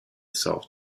self